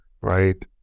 right